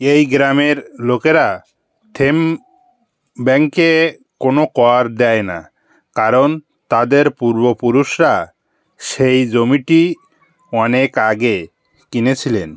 এই গ্রামের লোকেরা থেম ব্যাঙ্কে কোনো কর দেয় না কারণ তাদের পূর্বপুরুষরা সেই জমিটি অনেক আগে কিনেছিলেন